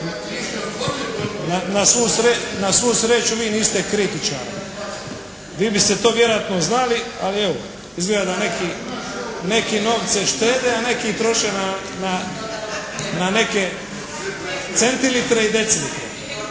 Na svu sreću vi niste kritičar. Vi biste to vjerojatno znali, ali evo, izgleda da neki novce štede, a neki troše na neke centilitre i decilitre.